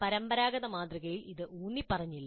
പരമ്പരാഗത മാതൃകയിൽ ഇത് ഊന്നിപ്പറഞ്ഞില്ല